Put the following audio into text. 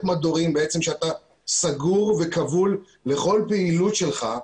מדורים שאתה סגור וכבול לכל פעילות שלך,